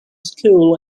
school